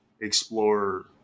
explore